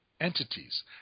entities